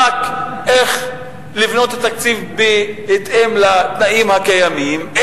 רק איך לבנות את התקציב בהתאם לתנאים הקיימים,